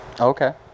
Okay